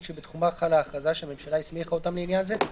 שבתחומה חלה ההכרזה שהממשלה הסמיכה אותם לעניין זה,